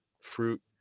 fruit